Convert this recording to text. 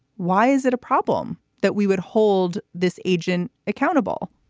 why is it a problem that we would hold this agent accountable?